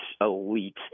elite